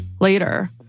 Later